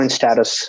status